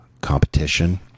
competition